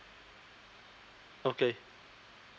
okay